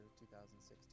2016